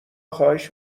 خواهش